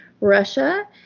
Russia